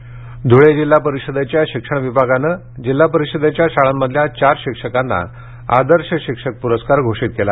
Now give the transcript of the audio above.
शिक्षक पुरस्कार धुळे जिल्हा परिषदेच्या शिक्षण विभागानं जिल्हा परिषदेच्या शाळांमधल्या चार शिक्षकांना आदर्श शिक्षक पुरस्कार घोषित केला